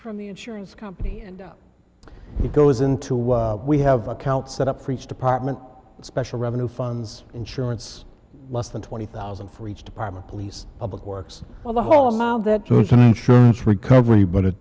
from the insurance company and it goes into what we have the account set up for each department special revenue funds insurance less than twenty thousand for each department police public works well the whole mile that so it's an insurance recovery but